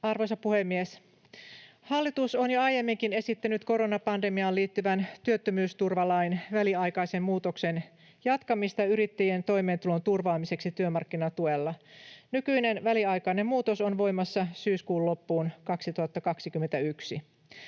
Arvoisa puhemies! Hallitus on jo aiemminkin esittänyt koronapandemiaan liittyvän työttömyysturvalain väliaikaisen muutoksen jatkamista yrittäjien toimeentulon turvaamiseksi työmarkkinatuella. Nykyinen väliaikainen muutos on voimassa syyskuun loppuun 2021.